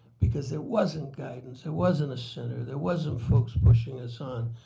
because there wasn't guidance. there wasn't a center. there wasn't folks pushing us on.